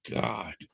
God